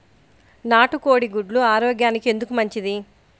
నాటు కోడి గుడ్లు ఆరోగ్యానికి ఎందుకు మంచిది?